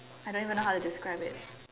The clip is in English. I don't even know how to describe it